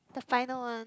the final one